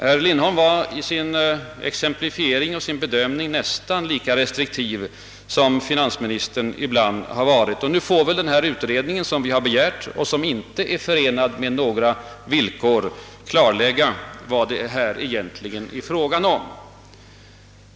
Herr Lindholm var i sin exemplifiering och sin bedömning nästan lika restriktiv som finansministern ibland har varit. Nu får väl den utredning, som vi har begärt och som inte är förenad med några villkor, klarlägga vad det här egentligen är fråga om.